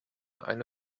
eine